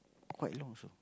quite long also